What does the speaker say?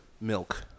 Milk